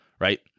right